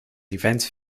events